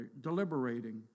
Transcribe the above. deliberating